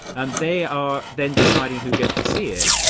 and they are then deciding who gets to see it,